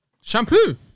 Shampoo